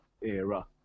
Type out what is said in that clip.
era